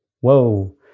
Whoa